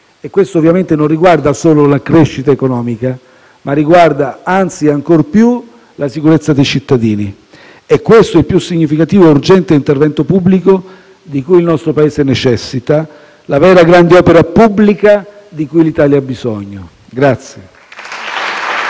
Questo ovviamente non riguarda solo la crescita economica, ma riguarda anzi e ancor più la sicurezza dei cittadini. È questo il più significativo e urgente intervento pubblico di cui il nostro Paese necessita, la vera grande opera pubblica di cui l'Italia ha bisogno.